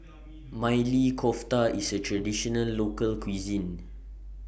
Maili Kofta IS A Traditional Local Cuisine